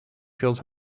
feels